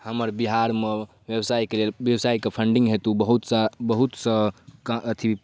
हमर बिहारमे व्यवसायके लेल व्यवसायके फंडिंग हेतु बहुत सऽ बहुत सऽ अथी